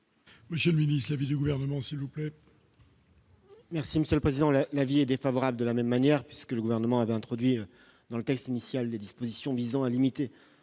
Moi je lui l'avis du gouvernement, s'il vous plaît. Merci Monsieur le Président, là, l'avis est défavorable de la même manière, puisque le gouvernement avait introduit dans le texte initial des dispositions visant à limiter